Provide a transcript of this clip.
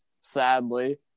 sadly